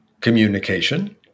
communication